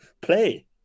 play